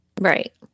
right